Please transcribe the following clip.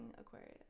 Aquarius